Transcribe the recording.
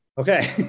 Okay